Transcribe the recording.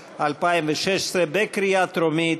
התשע"ו 2016, קריאה טרומית,